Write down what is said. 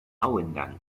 auenland